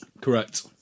Correct